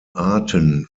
arten